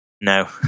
No